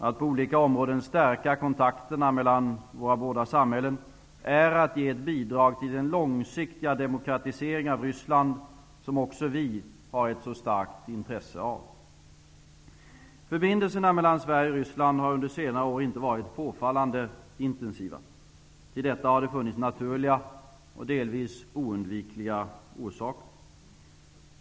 Att på olika områden stärka kontakterna mellan våra båda samhällen är att ge ett bidrag till den långsiktiga demokratisering av Ryssland som också vi har ett så starkt intresse av. Förbindelserna mellan Sverige och Ryssland har under senare år inte varit påfallande intensiva. Till detta har det funnits naturliga och delvis oundvikliga orsaker.